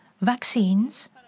vaccines